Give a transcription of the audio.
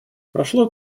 прошло